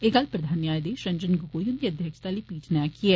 एह् गल्ल प्रधान न्यायधीश रंजन गोगोई हुंदी अध्यक्षता आह्ली पीठ नै आक्खी ऐ